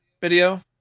video